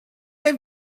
have